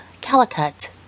calicut